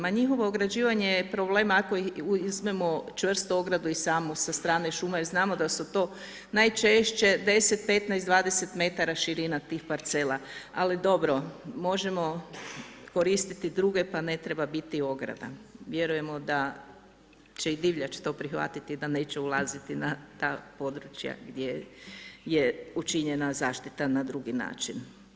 Ma njihovo ugrađivanje je problem ako uzmemo čvrstu ogradu i samu sa strane šuma jer znamo da su to najčešće 10, 15, 20 metara širina tih parcela ali dobro možemo koristiti druge pa ne treba biti ograda, vjerujemo da će i divljač to prihvatiti da neće ulaziti na ta područja gdje je učinjena zaštita na drugi način.